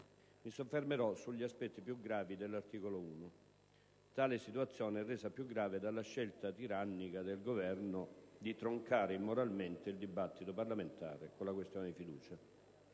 Mi soffermerò sugli aspetti più gravi dell'articolo 1. Tale situazione è resa più grave dalla scelta tirannica del Governo di troncare immoralmente il dibattito parlamentare con la questione di fiducia.